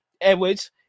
Edwards